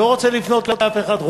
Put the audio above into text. לא רוצה לפנות לאף אחד,